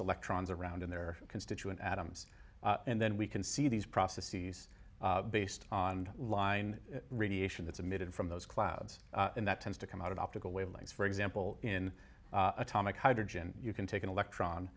electrons around in their constituent atoms and then we can see these prophecies based on line radiation that's emitted from those clouds and that tends to come out of optical wavelengths for example in atomic hydrogen you can take an electron